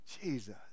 Jesus